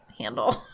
handle